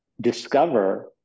discover